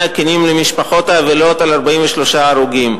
הכנים למשפחות האבלות על 43 ההרוגים.